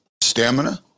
stamina